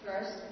First